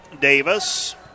Davis